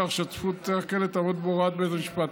כך שהצפיפות בבתי הכלא תעמוד בהוראת בית המשפט.